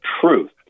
truth